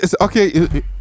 Okay